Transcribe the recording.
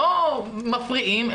לא מפריעים,